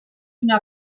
una